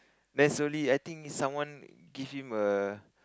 then slowly I think someone give him err